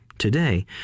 Today